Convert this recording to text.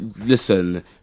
Listen